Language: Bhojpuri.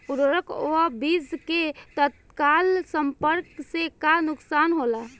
उर्वरक व बीज के तत्काल संपर्क से का नुकसान होला?